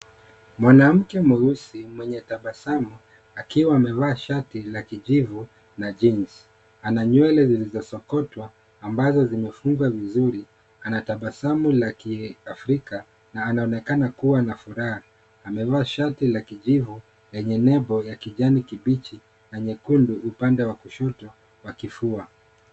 Mwanamke mweusi mwenye tabasamu akiwa amevaa shati la kijivu na jeans . Ana nywele zilizosokotwa ambazo zimefungwa vizuri. Ana tabasamu la KiAfrika na anaonekana kuwa na furaha. Amevaa shati la kijivu lenye nembo ya kijani kibichi na nyekundu upande wa kushoto wa kifua.